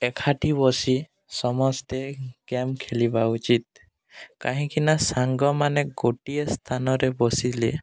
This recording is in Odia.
ଏକାଠି ବସି ସମସ୍ତେ ଗେମ୍ ଖେଳିବା ଉଚିତ କାହିଁକିନା ସାଙ୍ଗମାନେ ଗୋଟିଏ ସ୍ଥାନରେ ବସିଲେ